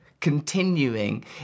continuing